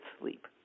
sleep